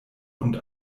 und